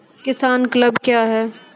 किसान क्लब क्या हैं?